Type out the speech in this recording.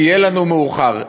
יהיה לנו מאוחר.